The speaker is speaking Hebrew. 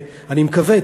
אני מקווה,